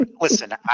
Listen